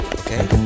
okay